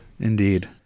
Indeed